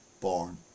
born